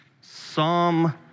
Psalm